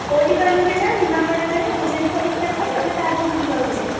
କେଉଁଠି କହିଲେ ସେଇଟା ନିମାପଡ଼ାରେ ଓମେନ୍ସ କଲେଜ ପାଖେରେ ନା ତା' ଆଗକୁ ଯିବାକୁ ପଡ଼ିବ